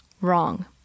Wrong